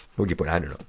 who'd you put? i dunno.